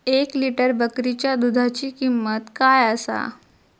एक लिटर बकरीच्या दुधाची किंमत काय आसा?